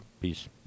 peace